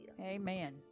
Amen